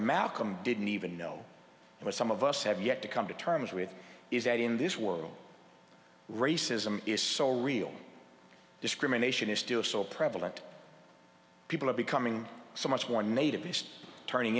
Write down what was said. malcolm didn't even know what some of us have yet to come to terms with is that in this world racism is so real discrimination is still so prevalent people are becoming so much more nativist turning